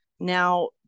Now